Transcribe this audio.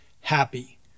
happy